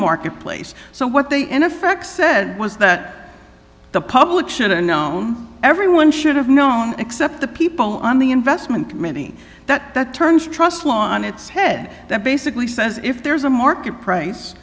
marketplace so what they in effect said was that the public should a gnome everyone should have known except the people on the investment many that that turns trust law on its head that basically says if there's a market price